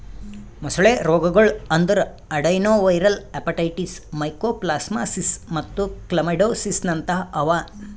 ಮೊಸಳೆ ರೋಗಗೊಳ್ ಅಂದುರ್ ಅಡೆನೊವೈರಲ್ ಹೆಪಟೈಟಿಸ್, ಮೈಕೋಪ್ಲಾಸ್ಮಾಸಿಸ್ ಮತ್ತ್ ಕ್ಲಮೈಡಿಯೋಸಿಸ್ನಂತಹ ಅವಾ